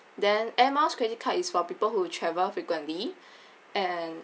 then air miles credit card is for people who travel frequently and